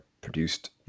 produced